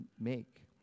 make